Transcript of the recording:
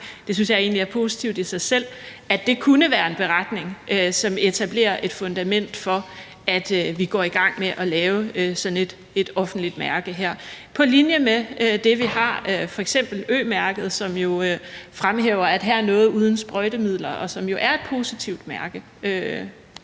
det synes jeg egentlig er positivt i sig selv – er, at det kunne være en beretning, som etablerer et fundament for, at vi går i gang med at lave sådan et offentligt mærke på linje med det, vi har, f.eks. Ø-mærket, som jo fremhæver, at her er noget uden sprøjtemidler, og som er et positivt mærke.